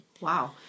Wow